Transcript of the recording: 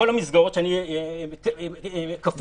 כל המסגרות שאני כפוף להן.